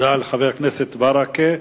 תודה לחבר הכנסת ברכה.